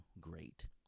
great